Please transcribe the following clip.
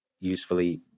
usefully